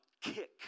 kick